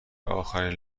آخرین